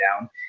down